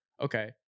okay